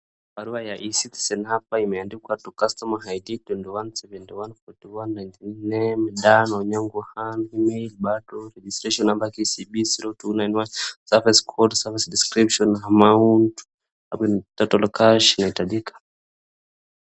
Barua ya ecitizen hapa imeandikwa to customer ID 21714199 Dan Onyango email button egistration number KCB0291 service code service description amount , hapo ni total cash inahitajika